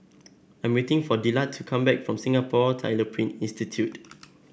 I'm waiting for Dillard to come back from Singapore Tyler Print Institute